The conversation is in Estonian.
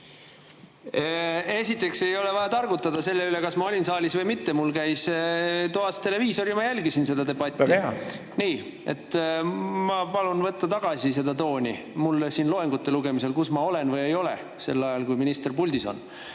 Esiteks, ei ole vaja targutada selle üle, kas ma olin saalis või mitte. Mul mängis toas televiisor ja ma jälgisin seda debatti. Väga hea! Väga hea! Nii! Ma palun võtta tagasi seda tooni mulle loengute lugemisel, kus ma olen või ei ole sel ajal, kui minister puldis on.